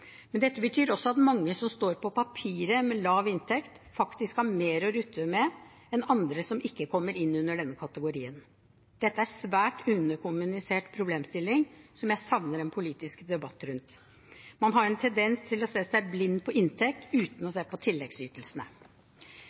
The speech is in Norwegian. Men dette betyr også at mange som på papiret står med lav inntekt, faktisk har mer å rutte med enn andre som ikke kommer inn under denne kategorien. Dette er en svært underkommunisert problemstilling som jeg savner en politisk debatt rundt. Man har en tendens til å se seg blind på inntekt uten å se på tilleggsytelsene.